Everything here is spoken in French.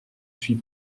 suis